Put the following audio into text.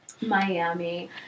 miami